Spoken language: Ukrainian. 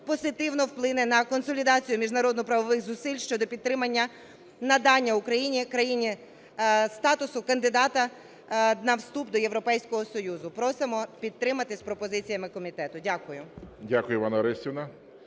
позитивно вплине на консолідацію міжнародно-правових зусиль щодо підтримання надання Україні статусу кандидата на вступ до Європейського Союзу. Просимо підтримати з пропозиціями комітету. Дякую.